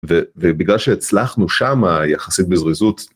ובגלל שהצלחנו שם יחסית בזריזות.